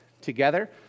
together